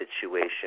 situation